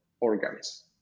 organs